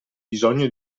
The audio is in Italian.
bisogno